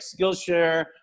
Skillshare